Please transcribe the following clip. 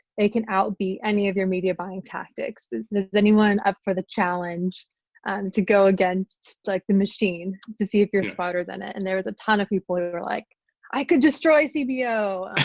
they can out beat any of your media buying tactics. is anyone up for the challenge to go against like the machine to see if you're smarter than it and there was a ton of people who were like i could destroy cbo.